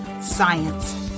science